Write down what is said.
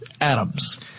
atoms